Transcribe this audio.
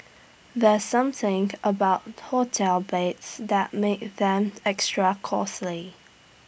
there's something about hotel beds that make them extra